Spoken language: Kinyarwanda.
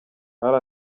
hari